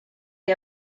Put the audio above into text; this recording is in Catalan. que